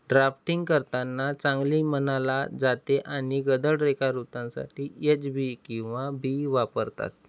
drafting करतांना चांगली मनाला जाते आणि गडद रेखाावृतांसाठी एच बी किंवा बी वापरतात